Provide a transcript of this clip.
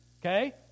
Okay